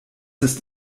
ist